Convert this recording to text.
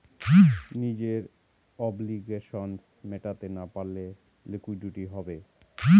নিজের অব্লিগেশনস মেটাতে না পারলে লিকুইডিটি হবে